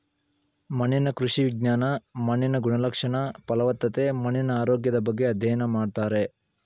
ಮಣ್ಣಿನ ಕೃಷಿ ವಿಜ್ಞಾನ ಮಣ್ಣಿನ ಗುಣಲಕ್ಷಣ, ಫಲವತ್ತತೆ, ಮಣ್ಣಿನ ಆರೋಗ್ಯದ ಬಗ್ಗೆ ಅಧ್ಯಯನ ಮಾಡ್ತಾರೆ